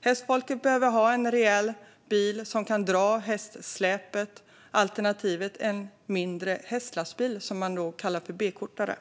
Hästfolket behöver en rejäl bil som kan dra hästsläpet. Alternativet blir en mindre hästlastbil, som man kallar för B-kortare.